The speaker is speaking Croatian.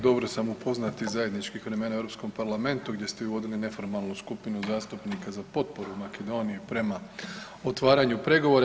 Dobro sam upoznat iz zajedničkih vremena u Europskom parlamentu gdje ste vi vodili neformalnu skupinu zastupnika za potporu Makedoniji prema otvaranju pregovora.